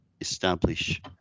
establish